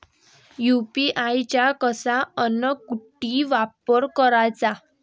UPI चा कसा अन कुटी वापर कराचा?